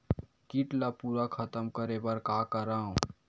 कीट ला पूरा खतम करे बर का करवं?